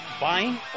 Buying